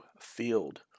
Field